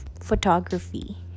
photography